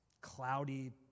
cloudy